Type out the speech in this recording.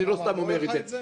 ואני לא סתם אומר את זה,